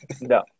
No